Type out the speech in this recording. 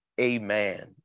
Amen